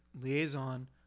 liaison